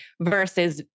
versus